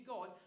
God